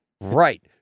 right